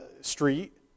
street